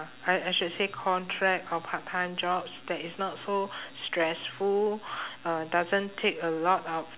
I I should say contract or part time jobs that is not so stressful uh doesn't take a lot of